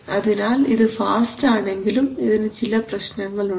അതിനാൽ ഇത് ഫാസ്റ്റ് ആണെങ്കിലും ഇതിൽ ചില പ്രശ്നങ്ങളുണ്ട്